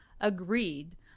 agreed